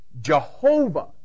Jehovah